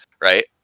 right